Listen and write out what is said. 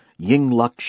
Yingluck